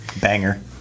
banger